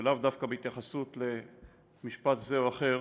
ולאו דווקא בהתייחסות למשפט זה או אחר,